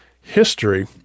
history